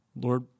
Lord